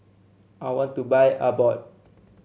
I want to buy Abbott